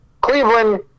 Cleveland –